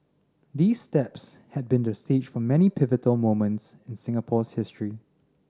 these steps had been the stage for many pivotal moments in Singapore's history